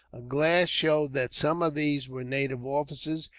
a glass showed that some of these were native officers,